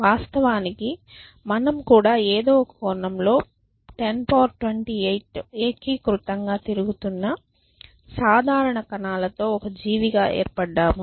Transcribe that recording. వాస్తవానికి మనం కూడా ఏదో ఒక కోణంలో 10 పవర్ 28 ఏకీకృతంగా తిరుగుతున్న సాధారణ కణాలతో ఒక జీవిగా ఏర్పడ్డాము